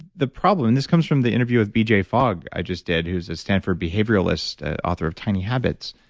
the problem, and this comes from the interview with b j. fogg, i just did, who's a stanford behavioralist author of tiny habits,